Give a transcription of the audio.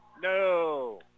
No